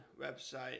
website